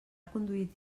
conduït